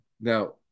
now